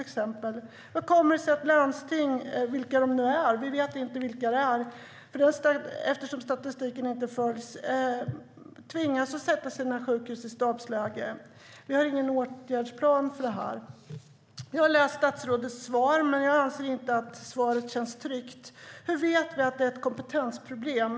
Hur kommer det sig att landsting - vi vet förresten inte vilka det är, eftersom statistik inte förs - tvingas sätta sina sjukhus i stabsläge? Vi har ingen åtgärdsplan för det här. Jag har läst statsrådets svar, men jag anser inte att svaret känns tryggt. Hur vet vi att det är ett kompetensproblem?